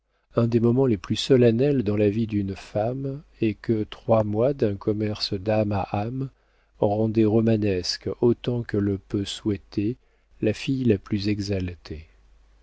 un des moments les plus solennels dans la vie d'une femme et que trois mois d'un commerce d'âme à âme rendait romanesque autant que le peut souhaiter la fille la plus exaltée